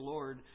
Lord